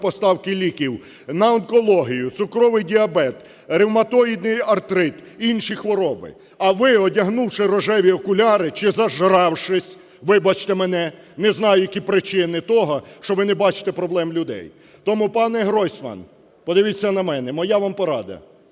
поставки ліків на онкологію, цукровий діабет, ревматоїдний артрит, інші хвороби. А ви, одягнувши рожеві окуляри чи зажравшись, вибачте мене, не знаю, які причини того, що ви не бачите проблем людей! Тому, пане Гройсман, подивіться на мене. Моя вам порада: